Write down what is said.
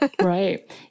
right